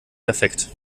perfekt